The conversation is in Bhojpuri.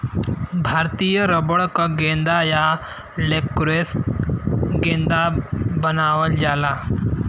भारतीय रबर क गेंदा या लैक्रोस गेंदा बनावल जाला